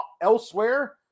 Elsewhere